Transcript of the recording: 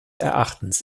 erachtens